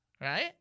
right